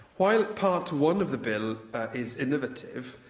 while part one of the bill is innovative,